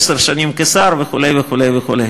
עשר שנים כשר וכו' וכו' וכו'.